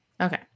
Okay